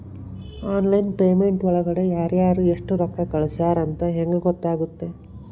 Online payment ಒಳಗಡೆ ಯಾರ್ಯಾರು ಎಷ್ಟು ರೊಕ್ಕ ಕಳಿಸ್ಯಾರ ಅಂತ ಹೆಂಗ್ ಗೊತ್ತಾಗುತ್ತೆ?